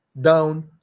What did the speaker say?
down